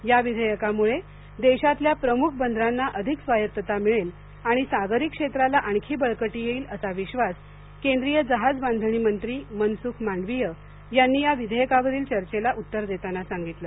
या विधेयकामुळे देशातल्या प्रमुख बंदरांना अधिक स्वायत्तता मिळेल आणि सागरी क्षेत्राला आणखी बळकटी येईल असा विश्वास केंद्रीय जहाज बांधणी मंत्री मनसुख मांडवीय यांनी या विधेयकावरील चर्चेला उत्तर देताना सांगितलं